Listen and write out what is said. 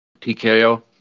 TKO